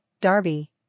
Darby